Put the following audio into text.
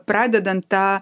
pradedant tą